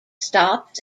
stops